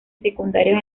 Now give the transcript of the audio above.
secundarios